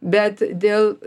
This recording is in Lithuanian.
bet dėl